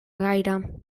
gaire